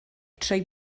trwy